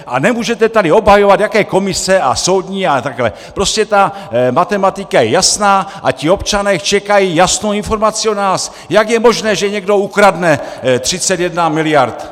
A nemůžete tady obhajovat, jaké komise a soudní a takhle, prostě ta matematika je jasná a ti občané čekají jasnou informaci od nás, jak je možné, že někdo ukradne 31 miliard!